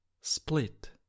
split